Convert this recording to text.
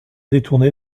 détourner